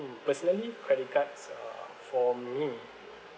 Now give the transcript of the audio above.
mm personally credit cards uh for me